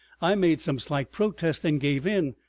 i made some slight protest and gave in.